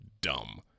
dumb